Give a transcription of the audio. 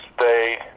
stay